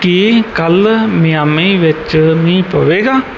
ਕੀ ਕੱਲ੍ਹ ਮਿਆਮੀ ਵਿੱਚ ਮੀਂਹ ਪਵੇਗਾ